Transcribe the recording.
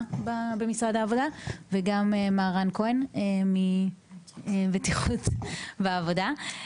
במשרד העבודה וגם רן כהן מבטיחות בעבודה.